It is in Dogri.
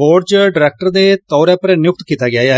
बोर्ड च डरैक्टर दे तौरा पर नियुक्त कीता गेआ ऐ